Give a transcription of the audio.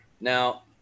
Now